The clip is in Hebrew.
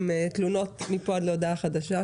עם תלונות מפה עד להודעה חדשה,